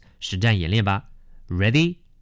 实战演练吧。Ready